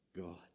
God